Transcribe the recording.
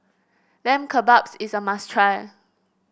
Lamb Kebabs is a must try